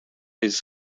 his